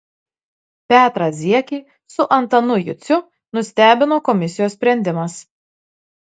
petrą ziekį su antanu juciu nustebino komisijos sprendimas